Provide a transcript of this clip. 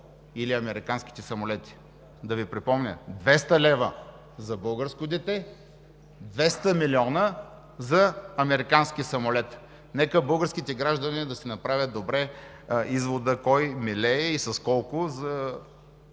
или американските самолети? Да Ви припомня: 200 лв. за българско дете – 200 млн. лв. за американски самолет?! Нека българските граждани да си направят добре извода кой милее и с колко за